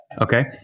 Okay